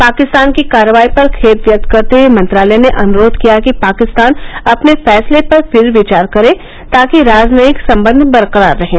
पाकिस्तान की कार्रवाई पर खेद व्यक्त करते हए मंत्रालय ने अनुरोध किया कि पाकिस्तान अपने फैसले पर फिर विचार करे ताकि राजनयिक संबंध बरकरार रहें